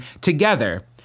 together